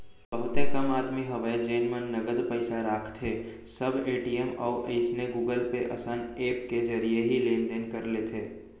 बहुते कम आदमी हवय जेन मन नगद पइसा राखथें सब ए.टी.एम अउ अइसने गुगल पे असन ऐप के जरिए ही लेन देन कर लेथे